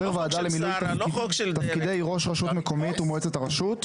ועדה למילוי תפקידי ראש רשות מקומית ומועצת הרשות,